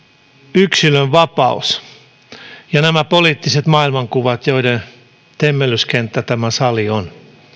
yksilön vapaus ja nämä poliittiset maailmankuvat joiden temmellyskenttä tämä sali on